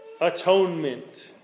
atonement